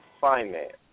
finance